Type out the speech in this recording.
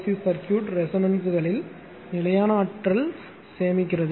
C circuit ரெசோனன்ஸ்களில் நிலையான ஆற்றலைச் சேமிக்கிறது